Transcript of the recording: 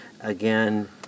again